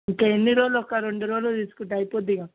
ఇంకా ఎన్ని రోజలు ఒక రెండు రోజులు తీసుకుంటే అయిపోతుందిగా